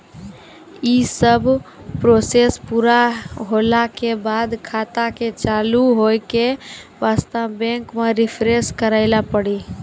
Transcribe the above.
यी सब प्रोसेस पुरा होला के बाद खाता के चालू हो के वास्ते बैंक मे रिफ्रेश करैला पड़ी?